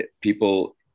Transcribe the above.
People